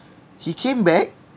he came back